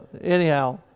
anyhow